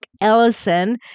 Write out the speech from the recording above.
Ellison